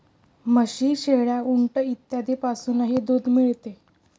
म्हशी, शेळ्या, उंट इत्यादींपासूनही दूध मिळते